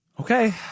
okay